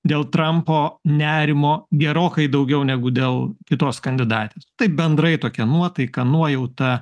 dėl trampo nerimo gerokai daugiau negu dėl kitos kandidatės taip bendrai tokia nuotaika nuojauta